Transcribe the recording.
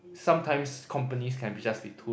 sometimes companies can be just be too